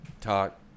talk